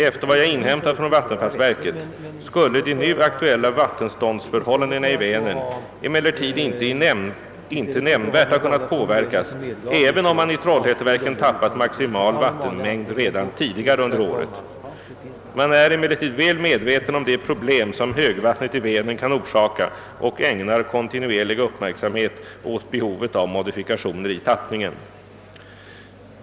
Efter vad jag inhämtat från vattenfallsverket skulle de nu aktuella vattenståndsförhållandena i Vänern emellertid inte nämnvärt ha kunnat påverkas även om man i Trollhätteverken tappat maximal vattenmängd redan tidigare under året. Man är emellertid väl medveten om de problem som.högvattnet i Vänern kan orsaka och ägnar kontinuerlig uppmärksamhet åt behovet av modifikationer i tappningen.